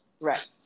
Right